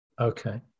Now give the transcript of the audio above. Okay